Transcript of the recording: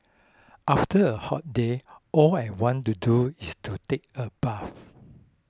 after a hot day all I want to do is to take a bath